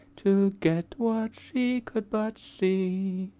to get what she could but see.